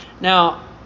Now